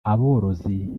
aborozi